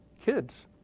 kids